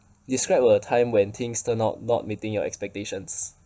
describe a time when things turned out not meeting your expectations